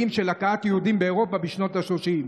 של הכאת יהודים באירופה בשנות השלושים.